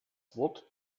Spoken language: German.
wort